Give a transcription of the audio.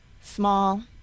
small